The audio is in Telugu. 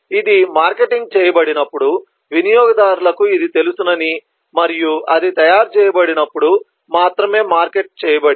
ఇది మార్కెటింగ్ చేయబడినప్పుడు వినియోగదారులకు ఇది తెలుసునని మరియు అది తయారు చేయబడినప్పుడు మాత్రమే మార్కెట్ చేయబడింది